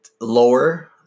lower